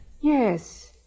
Yes